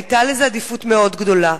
היתה לזה עדיפות מאוד גדולה.